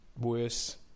worse